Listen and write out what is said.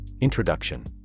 introduction